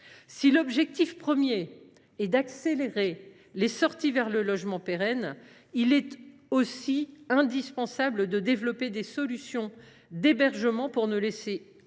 Si l’objectif premier est d’accélérer les sorties vers le logement pérenne, il est aussi indispensable de développer des solutions d’hébergement pour ne laisser